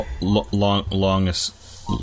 Longest